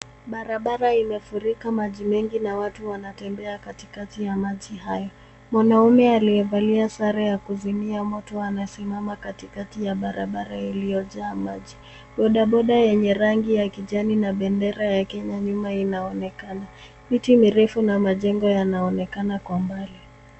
Barabara imefurika maji mengi na watu wanatembea kati kati ya maji hayo. Mwanamme aliyevalia sare ya kuzimia moto amesimama kati kati ya barabara iliyojaa maji. Boda boda yenye rangi ya kijani na bendera ya kenya nyuma inaonekana, miti mirefu na majengo yanaonekana kwa mbali.